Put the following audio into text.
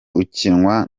ukinwa